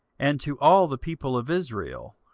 and to all the people of israel,